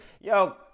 Yo